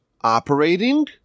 operating